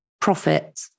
profit